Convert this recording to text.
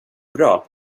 bra